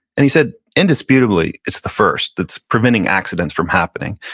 and he said, indisputably, it's the first that's preventing accidents from happening.